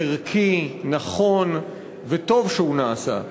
ערכי, נכון, וטוב שהוא נעשה.